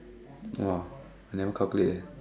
!wah! I never calculate eh